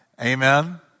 Amen